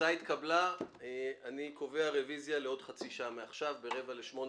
הצבעה בעד 5 נגד 4 הצעת חוק גנים לאומיים, שמורות